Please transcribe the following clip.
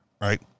right